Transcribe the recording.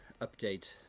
update